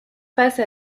face